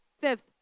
Fifth